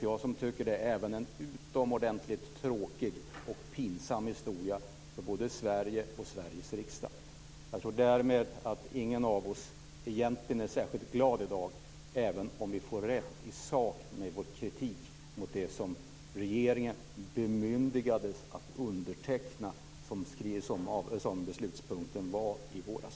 Jag tycker också att det är en utomordentligt tråkig och pinsam historia för både Sverige och Sveriges riksdag. Jag tror därför inte att någon av oss egentligen är särskilt glad i dag även om vi får rätt i sak i vår kritik mot det som regeringen bemyndigades att underteckna - så var beslutspunkten i våras.